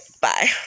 Bye